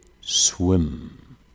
swim